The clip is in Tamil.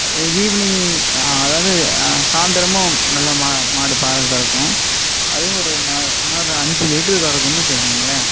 ஈவினிங் அதாவது சாய்ந்தரமா நல்லா மாடு பால் கறக்கும் அதுவும் ஒரு நாலு அஞ்சு லிட்டர் கறக்கும்னு வச்சுகோங்களேன்